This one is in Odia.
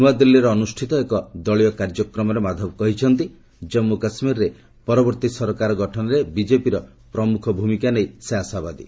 ନୂଆଦିଲ୍ଲୀରେ ଅନୁଷ୍ଠିତ ଏକ ଦଳୀୟ କାର୍ଯ୍ୟକ୍ରମରେ ମାଧବ କହିଛନ୍ତି ଜନ୍ମୁ କାଶ୍ମୀରରେ ପରବର୍ତ୍ତୀ ସରକାର ଗଠନରେ ବିକେପିର ପ୍ରମୁଖ ଭୂମିକା ନେଇ ସେ ଆଶାବାଦୀ